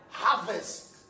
harvest